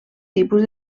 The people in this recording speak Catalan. tipus